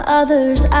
others